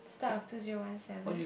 start of two zero one seven